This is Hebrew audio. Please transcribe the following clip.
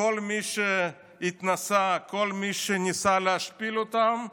כל מי שניסה להשפיל אותם,